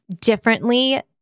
differently